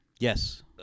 Yes